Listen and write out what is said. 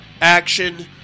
action